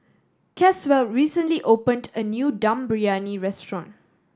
Caswell recently opened a new Dum Briyani restaurant